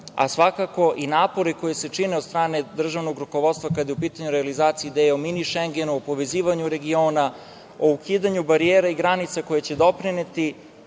razvoja. Svakako, i napori koji se čine od strane državnog rukovodstva, kada je u pitanju realizacija ideje o „mini Šengena“, o povezivanju regiona, o ukidanju barijera i granica koje će doprineti